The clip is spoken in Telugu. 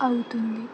అవుతుంది